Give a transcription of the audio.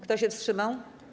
Kto się wstrzymał?